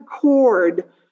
cord